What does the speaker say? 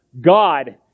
God